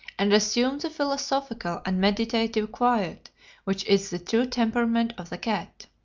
and assumed the philosophical and meditative quiet which is the true temperament of the cat.